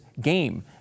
game